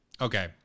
okay